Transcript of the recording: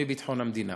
מביטחון המדינה.